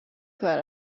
کار